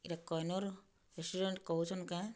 ଏଇଟା କହେନୁର୍ ରେଷ୍ଟୁରାଣ୍ଟ୍ କହୁଚନ୍ କେଁ